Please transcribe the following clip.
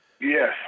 Yes